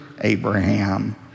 Abraham